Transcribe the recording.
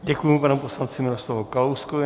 Děkuji panu poslanci Miroslavu Kalouskovi.